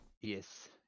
Yes